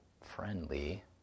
friendly